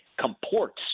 comports